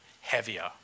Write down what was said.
heavier